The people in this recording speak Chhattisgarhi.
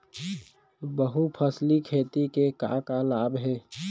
बहुफसली खेती के का का लाभ हे?